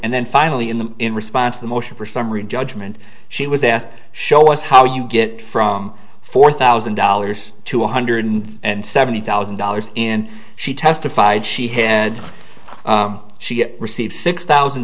and then finally in the in response to the motion for summary judgment she was asked show us how you get from four thousand dollars to one hundred and seventy thousand dollars in she testified she him she received six thousand